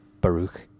Baruch